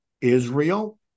israel